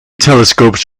telescopes